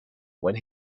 when